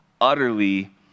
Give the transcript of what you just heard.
utterly